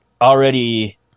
already